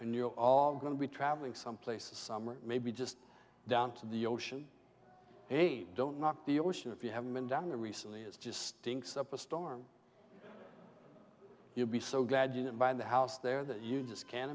your all going to be traveling someplace a summer maybe just down to the ocean they don't not the ocean if you haven't been down there recently is just stinks up a storm you'll be so glad you didn't buy the house there that you just can't